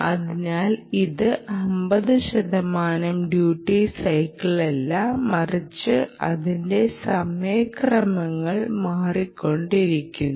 അതിനാൽ ഇത് 50 ശതമാനം ഡ്യൂട്ടി സൈക്കിളിലല്ല മറിച്ച് അതിന്റെ സമയക്രമങ്ങൾ മാറിക്കൊണ്ടിരിക്കുന്നു